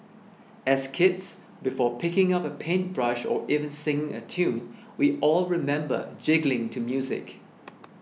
as kids before picking up a paintbrush or even singing a tune we all remember jiggling to music